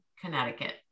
Connecticut